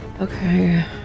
Okay